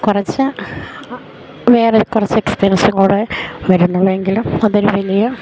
കുറച്ച് വേറെ കുറച്ച് എക്സ്പെൻസും കൂടെ വരുന്നുള്ളൂ എങ്കിലും അതൊരു വലിയ